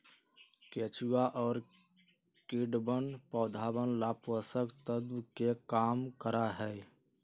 केचुआ और कीड़वन पौधवन ला पोषक तत्व के काम करा हई